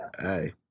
Hey